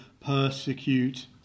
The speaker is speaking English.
persecute